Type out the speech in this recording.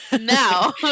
now